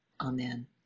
Amen